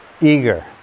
eager